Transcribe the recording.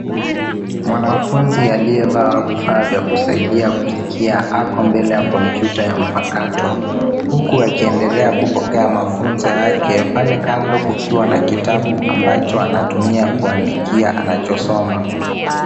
Mwanafunzi aliyevaa vifaa vya kusaidia kusikia ako mbele ya kompyuta ya mpakato huku akiendelea kupokea mafunzo yake pale kando kukiwa na kitabu ambacho anatumia kuandikia anachosoma.